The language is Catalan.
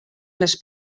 les